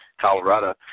Colorado